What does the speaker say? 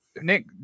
Nick